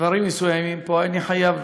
דברים מסוימים פה, אני חייב